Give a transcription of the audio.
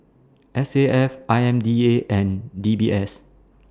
S A F I M D A and D B S